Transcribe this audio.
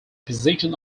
position